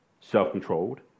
self-controlled